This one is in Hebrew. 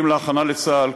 אם להכנה לצה"ל,